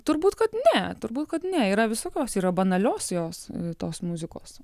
turbūt kad ne turbūt kad ne yra visokios yra banalios jos tos muzikos